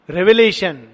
Revelation